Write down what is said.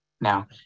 now